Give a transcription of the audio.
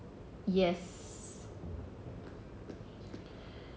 yes